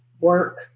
work